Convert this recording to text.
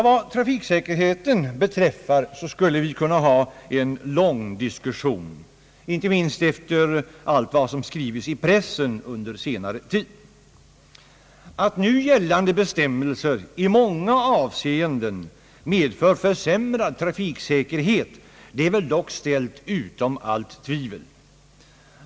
Vad trafiksäkerheten beträffar skulle vi kunna ha en lång diskussion inte minst efter allt vad som skrivits i pressen under senare tid. Att nu gällande bestämmelser i många avseenden medför försämrad trafiksäkerhet är väl dock ställt utom allt tvivel.